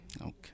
Okay